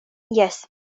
jes